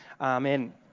Amen